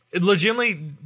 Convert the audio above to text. Legitimately